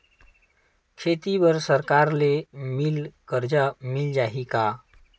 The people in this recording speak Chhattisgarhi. खेती बर सरकार ले मिल कर्जा मिल जाहि का?